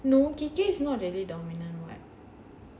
no kiki is not really dominant [what]